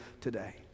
today